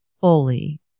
fully